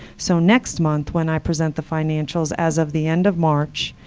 so next month, when i present the financials as of the end of march,